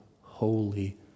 holy